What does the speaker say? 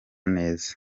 neza